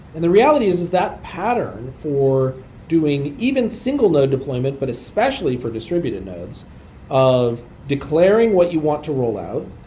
and the reality is is that pattern for doing even single node deployment, but especially for distributed nodes of declaring what you want to roll out,